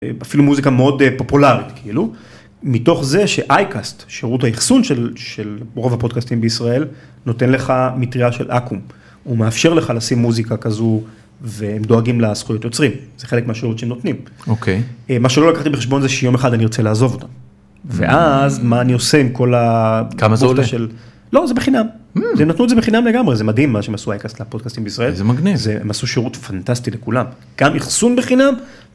אפילו מוזיקה מאוד פופולרית כאילו מתוך זה שאייקאסט שירות האיחסון של רוב הפודקאסטים בישראל נותן לך מטריה של אקו״ם, הוא מאפשר לך לשים מוזיקה כזו והם דואגים לזכויות יוצרים זה חלק מה שירות שנותנים, מה שלא לקחתי בחשבון זה שיום אחד אני ארצה לעזוב אותם ואז מה אני עושה עם כל ה... כמה זה עולה? לא זה בחינם, נתנו את זה בחינם לגמרי זה מדהים מה שהם עשו אייקאסט לפודקאסטים בישראל, זה מגניב, הם עשו שירות פנטסטי לכולם, גם איחסון בחינם.